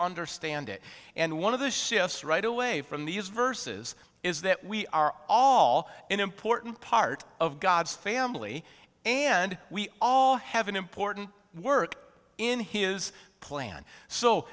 understand it and one of the shifts right away from these verses is that we are all an important part of god's family and we all have an important work in his plan so